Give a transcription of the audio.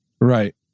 Right